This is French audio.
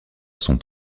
sont